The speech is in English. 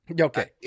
Okay